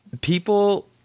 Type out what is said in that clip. People